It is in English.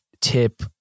tip